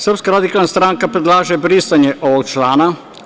Srpska radikalna stranka predlaže brisanje ovog člana.